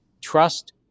trust